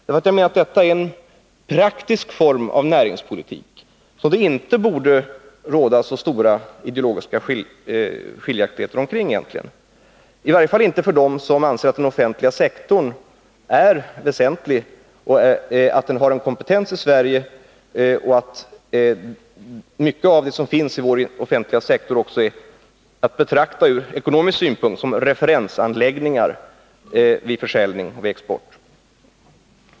Detta är, menar jag, en praktisk form av näringspolitik, som det egentligen inte borde råda så stora ideologiska meningsskiljaktigheter om — i varje fall inte för dem som anser att den offentliga sektorn i Sverige är väsentlig, att den har en kompetens och att mycket av det som finns i vår offentliga sektor också ur ekonomisk synpunkt är att betrakta som referensanläggningar vid försäljning och vid export.